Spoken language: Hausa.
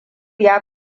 ya